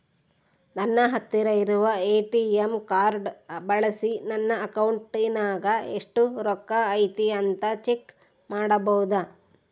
ನನ್ನ ಹತ್ತಿರ ಇರುವ ಎ.ಟಿ.ಎಂ ಕಾರ್ಡ್ ಬಳಿಸಿ ನನ್ನ ಅಕೌಂಟಿನಾಗ ಎಷ್ಟು ರೊಕ್ಕ ಐತಿ ಅಂತಾ ಚೆಕ್ ಮಾಡಬಹುದಾ?